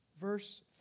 Verse